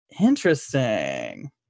interesting